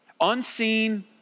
Unseen